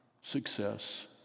success